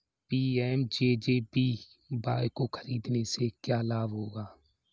PMJJBY को खरीदने से क्या लाभ होगा?